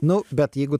nu bet jeigu